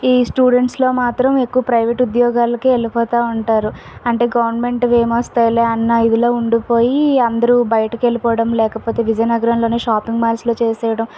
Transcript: ఈ స్టూడెంట్స్లో మాత్రం ఎక్కువ ప్రైవేట్ ఉద్యోగాలకు వెళ్ళి పోతు ఉంటారు అంటే గవర్నమెంట్వి ఏమి వస్తాయి అన్న ఇదిలో ఉండిపోయి అందరు బయటకు వెళ్ళిపోవడం లేకపోతే విజయనగరంలోనే షాపింగ్ మాల్స్లో చేయడం